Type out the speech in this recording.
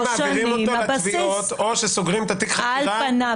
מעבירים אותו לתביעות או שסוגרים את התיק --- על פניו,